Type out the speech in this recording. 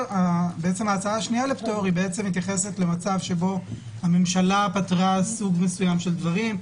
ההצעה השנייה לפטור מתייחסת למצב שבו הממשלה פטרה סוג מסוים של דברים.